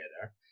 together